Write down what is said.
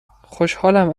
خوشحالم